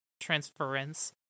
transference